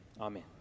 amen